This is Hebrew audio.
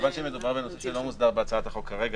כיוון שמדובר בנושא שלא מוסדר בהצעת החוק כרגע,